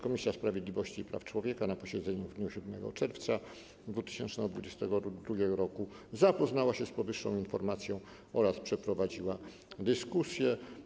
Komisja Sprawiedliwości i Praw Człowieka na posiedzeniu w dniu 7 czerwca 2022 r. zapoznała się z powyższą informacją oraz przeprowadziła dyskusję.